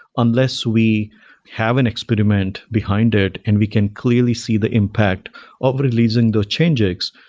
unless we have an experiment behind it and we can clearly see the impact of releasing those changes,